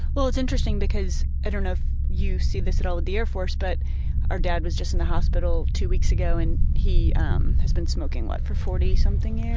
well it's interesting because i don't know if you've seen this at all with the air force, but our dad was just in the hospital two weeks ago and he um has been smoking, what, for forty something years?